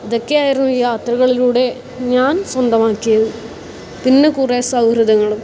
അതൊക്കെയായിരുന്നു ഈ യാത്രകളിലൂടെ ഞാൻ സ്വന്തമാക്കിയത് പിന്നെ കുറെ സൗഹൃദങ്ങളും